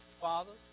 fathers